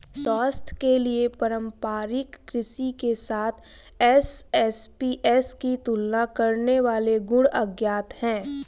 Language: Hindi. स्वास्थ्य के लिए पारंपरिक कृषि के साथ एसएपीएस की तुलना करने वाले गुण अज्ञात है